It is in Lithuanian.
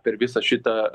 per visą šitą